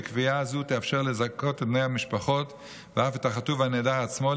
וקביעה זו תאפשר לזכות את בני המשפחות ואף את החטוף והנעדר עצמו,